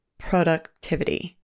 productivity